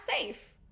safe